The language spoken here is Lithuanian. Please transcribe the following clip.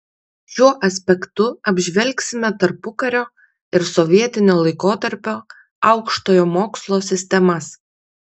šiuo aspektu apžvelgsime tarpukario ir sovietinio laikotarpio aukštojo mokslo sistemas